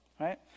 right